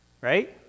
right